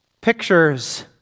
pictures